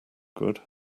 good